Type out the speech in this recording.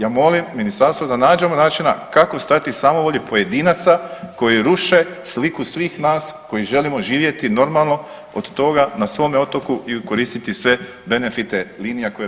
Ja molim ministarstvo da nađemo načina kako stati samovolji pojedinaca koji ruše sliku svih nas koji želimo živjeti normalno od toga na svome otoku i koristiti sve benefite linija koje postoje.